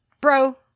bro